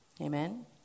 Amen